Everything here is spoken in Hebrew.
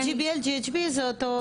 GBL , GHB זה אותו סוג.